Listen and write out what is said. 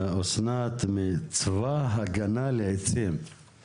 התכוונת לומר להגן על היישובים מפני שריפות שיהיו ביערות ובחורשות.